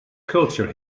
culture